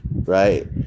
right